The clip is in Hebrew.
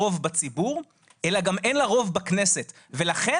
רוב הזמן הינו שני צדדים,